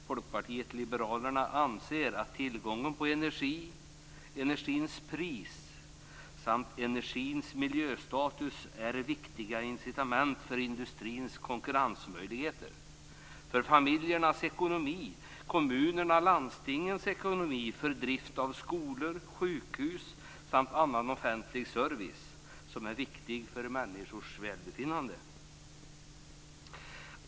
Folkpartiet liberalerna anser att tillgången på energi, energins pris och energins miljöstatus är viktiga incitament för industrins konkurrensmöjligheter, för familjernas ekonomi, för kommunernas och landstingens ekonomi, för drift av skolor, sjukhus och annan offentlig service som är viktig för människors välbefinnande.